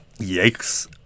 yikes